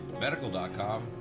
medical.com